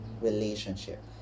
relationship